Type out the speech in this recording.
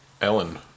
Ellen